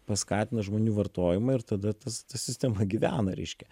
paskatina žmonių vartojimą ir tada tas ta sistema gyvena reiškia